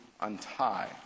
untie